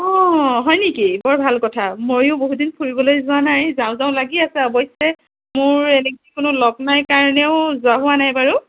অ হয় নেকি বৰ ভাল কথা ময়ো বহুত দিন ফুৰিবলৈ যোৱা নাই যাওঁ যাওঁ লাগি আছে অৱশ্যে মোৰ এনেকে কোনো লগ নাই কাৰণেও যোৱা হোৱা নাই বাৰু